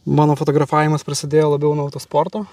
mano fotografavimas prasidėjo labiau nuo autosporto